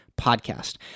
podcast